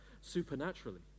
supernaturally